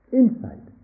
insight